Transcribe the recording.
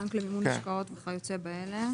בנק למימון השקעות וכיוצא באלה".